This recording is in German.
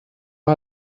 hat